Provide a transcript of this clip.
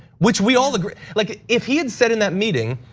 which we all agree. like if he had said in that meeting,